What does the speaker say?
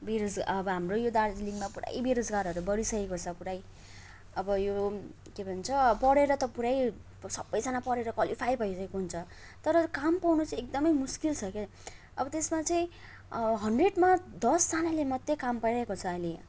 bureaus अब हाम्रो यो दार्जिलिङमा पुरै बेरोजगारहरू बढिसकेको छ पुरै अब यो के भन्छ पढेर त पुरै सबैजना पढेर क्वालिफाइ भइरहेको हुन्छ तर काम पाउन चाहिँ एकदमै मुस्किल छ के अब त्यसमा चाहिँ हन्ड्रेडमा दसजनाले मात्रै काम पाइरहेको छ अहिले